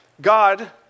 God